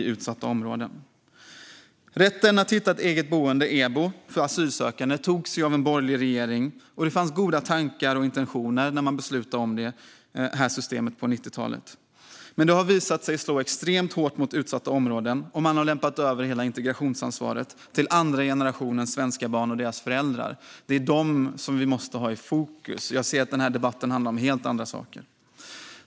Initiativet till rätten att hitta egen bostad för asylsökande, EBO, togs av en borgerlig regering, och det fanns goda tankar när man beslutade om systemet på 90-talet. Men det har visat sig att slå extremt hårt mot utsatta områden, och man har lämpat över hela integrationsansvaret till andra generationens svenska barn och deras föräldrar. Det är dem vi måste ha i fokus, men jag hör att denna debatt handlar om helt andra saker.